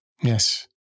Yes